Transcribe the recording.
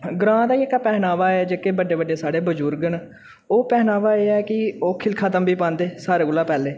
ग्रांऽ दा जेह्का पहनावा ऐ जेह्के बड्डे बड्डे साढ़े बुजुर्ग न ओ पहनावा एह् ऐ की ओह् खीलखा तंबी पांदे हे सारे कोला पैह्लें